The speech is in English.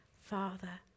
Father